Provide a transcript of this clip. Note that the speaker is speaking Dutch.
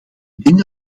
denk